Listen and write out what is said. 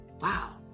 Wow